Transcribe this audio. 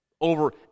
over